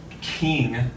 King